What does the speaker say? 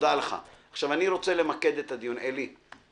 אני רוצה למקד את הדיון, עלי בינג.